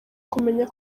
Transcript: kumenya